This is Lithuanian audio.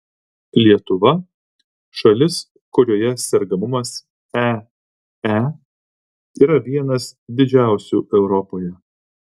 lietuva šalis kurioje sergamumas ee yra vienas didžiausių europoje